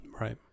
Right